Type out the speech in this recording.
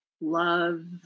love